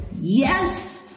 Yes